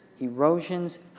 erosions